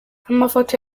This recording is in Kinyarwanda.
amafoto